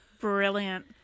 Brilliant